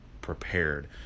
prepared